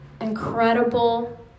incredible